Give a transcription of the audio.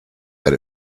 that